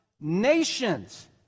nations